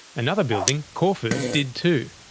another building, corfu, did too,